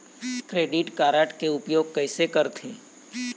Credit card के उपयोग कैसे करथे?